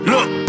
Look